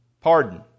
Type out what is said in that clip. Pardon